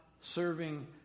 serving